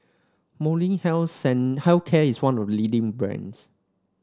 Molnylcke Health Care is one of the leading brands